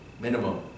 minimum